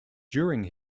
during